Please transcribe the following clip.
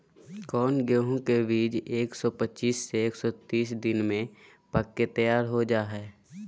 कौन गेंहू के बीज एक सौ पच्चीस से एक सौ तीस दिन में पक के तैयार हो जा हाय?